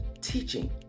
teaching